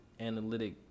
analytic